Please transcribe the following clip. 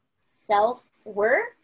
self-work